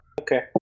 Okay